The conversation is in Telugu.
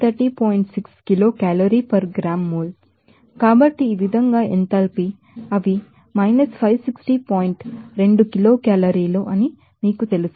కాబట్టి ఈ విధంగా ఎంథాల్పీ అవి 560 పాయింట్ 2 కిలో కేలరీలు అని మీకు తెలుసు